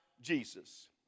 Jesus